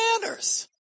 manners